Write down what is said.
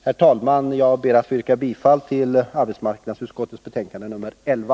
Herr talman! Jag ber att få yrka bifall till arbetsmarknadsutskottets hemställan i betänkandet nr 11.